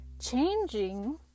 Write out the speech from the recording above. changing